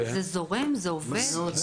זה זורם, זה עובד?